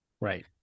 Right